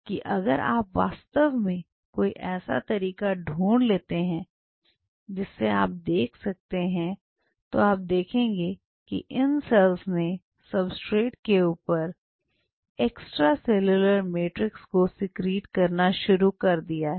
कि अगर आप वास्तव में कोई ऐसा तरीका ढूंढ लेते हैं जिससे आप देख सकते हैं तो आप देखेंगे कि इन सेल्स ने सबस्ट्रेट के ऊपर एक्सट्रेसेल्यूलर मैट्रिक्स को सिक्रीट करना शुरू कर दिया है